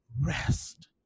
rest